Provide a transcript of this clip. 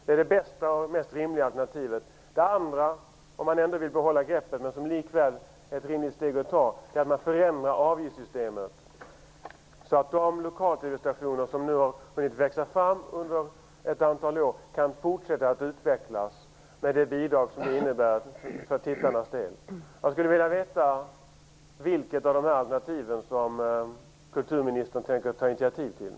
Det är det bästa och rimligaste alternativet. Det andra alternativet om man ändå vill behålla greppet, som likväl är ett rimligt steg att ta, är att man förändrar avgiftssystemet, så att de lokal-TV-stationer som hunnit växa fram under ett antal år kan fortsätta att utvecklas med det bidrag som det innebär för tittarnas del. Jag skulle vilja veta vilket av de här alternativen som kulturministern tänker ta initiativ till.